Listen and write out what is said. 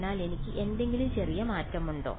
അതിനാൽ എനിക്ക് എന്തെങ്കിലും ചെറിയ മാറ്റമുണ്ടോ